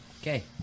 Okay